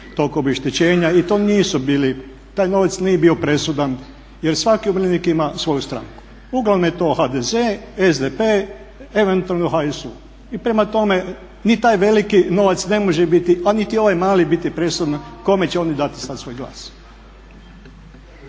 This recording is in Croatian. tog obeštećenja i to nisu bili, taj novac nije bio presudan jer svaki umirovljenik ima svoju stranku. Uglavnom je to HDZ, SDP eventualno HSU. I prema tome, ni taj veliki novac ne može biti, a ni ovaj mali biti presudan kome će oni dati sad svoj glas.